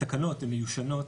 התקנות הן מיושנות,